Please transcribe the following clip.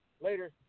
Later